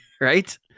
Right